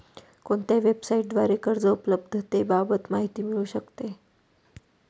कोणत्या वेबसाईटद्वारे कर्ज उपलब्धतेबाबत माहिती मिळू शकते?